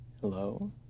Hello